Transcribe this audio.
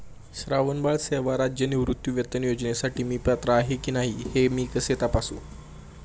श्रावणबाळ सेवा राज्य निवृत्तीवेतन योजनेसाठी मी पात्र आहे की नाही हे मी कसे तपासू?